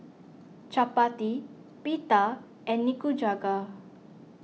Chapati Pita and Nikujaga